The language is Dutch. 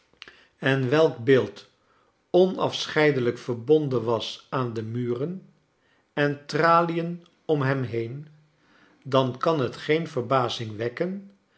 en welk beeld onafscheidelijk verbonden was aan de muren en tralien om hem heen dan kan het geen verbazing wekken